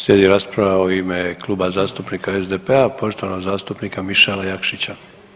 Slijedi rasprava u ime Kluba zastupnika SDP-a poštovanog zastupnika Mišela Jakšića.